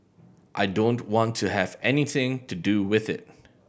I don't want to have anything to do with it